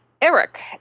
Eric